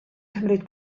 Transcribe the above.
cymryd